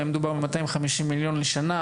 האם מדובר ב-250 מיליון ₪ לשנה?